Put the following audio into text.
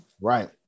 right